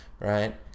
right